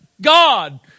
God